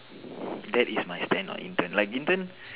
that is my stand on intern like intern